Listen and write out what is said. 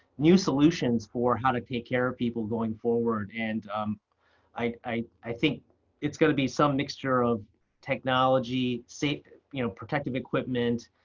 new solutions for how to take care of people going forward. and i i think it's going to be some mixture of technology, you know protective equipment.